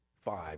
five